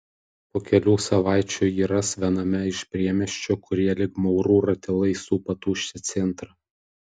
po kelių savaičių jį ras viename iš priemiesčių kurie lyg maurų ratilai supa tuščią centrą